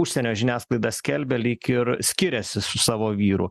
užsienio žiniasklaida skelbia lyg ir skiriasi su savo vyru